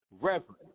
reverend